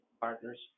Partners